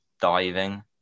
diving